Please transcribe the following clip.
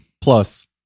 Plus